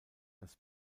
das